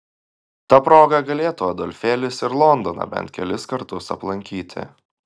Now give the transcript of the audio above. ta proga galėtų adolfėlis ir londoną bent kelis kartus aplankyti